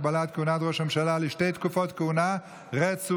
הגבלת כהונת ראש הממשלה לשתי תקופות כהונה רצופות),